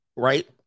right